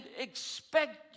expect